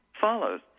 follows